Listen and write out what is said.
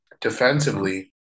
Defensively